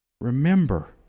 Remember